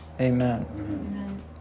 amen